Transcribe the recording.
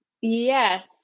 Yes